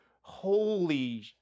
holy